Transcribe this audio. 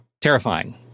terrifying